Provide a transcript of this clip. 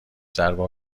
ضربه